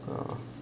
oh